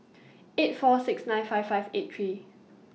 eight four six nine five five eight three